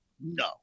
no